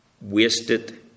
wasted